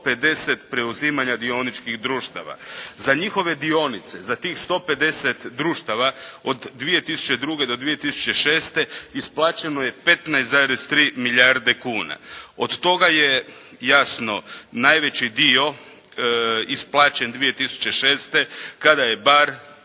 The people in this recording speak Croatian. preuzimanja dioničkih društava. Za njihove dionice, za tih 150 društava od 2002. do 2006. isplaćeno je 15,3 milijarde kuna. Od toga je jasno najveći dio isplaćen 2006. kada je Bar